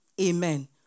Amen